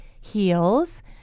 heels